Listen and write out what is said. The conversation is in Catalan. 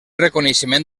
reconeixement